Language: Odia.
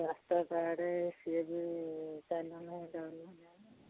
ସ୍ୱାସ୍ଥ୍ୟ କାର୍ଡ୍ ସିଏ ବି